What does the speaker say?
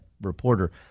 reporter